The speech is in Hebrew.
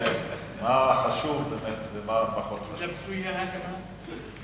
מה חשוב ומה פחות חשוב.